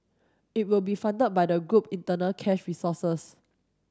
it will be funded by the group internal cash resources